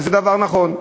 וזה דבר נכון.